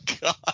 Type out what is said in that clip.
God